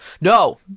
No